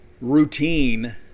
routine